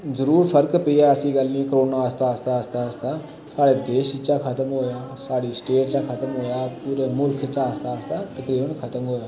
जरूर फर्क पेआ ऐसी गल्ल नि कोरोना आस्ता आस्ता आस्ता आस्ता साढ़े देश चा खत्म होया साढ़ी स्टेट चा खत्म होया पूरे मुल्क चा आस्ता आस्ता तकरीबन खत्म होया